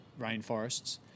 rainforests